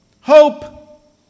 Hope